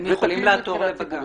ותקין מבחינה ציבורית.